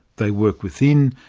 they work within,